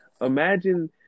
Imagine